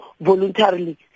voluntarily